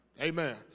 Amen